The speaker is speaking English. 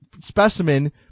specimen